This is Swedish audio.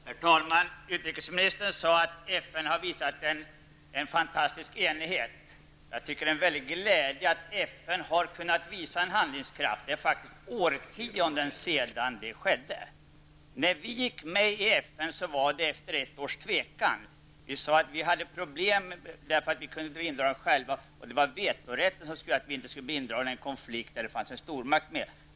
Herr talman! Utrikesministern sade att FN har visat en fantastisk enighet. Jag tycker att det är en väldig glädje att FN har kunnat visa handlingskraft. Det är faktiskt årtionden sedan det skedde. När Sverige gick med i FN var det efter ett års tvekan. Sverige hade ett problem eftersom Sverige självt kunde bli indraget i något, och det var vetorätten som skulle göra att vi inte skulle kunna bli indragna i en konflikt där det fanns en stormakt med.